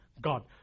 God